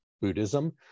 Buddhism